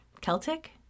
Celtic